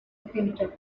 scimitar